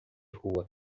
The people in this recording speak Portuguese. rua